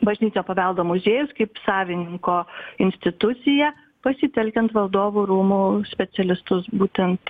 bažnytinio paveldo muziejus kaip savininko institucija pasitelkiant valdovų rūmų specialistus būtent